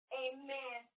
amen